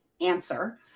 answer